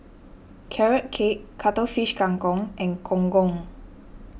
Carrot Cake Cuttlefish Kang Kong and Gong Gong